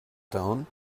tone